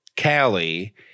Callie